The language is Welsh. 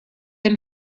ein